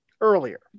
earlier